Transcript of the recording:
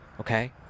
Okay